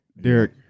Derek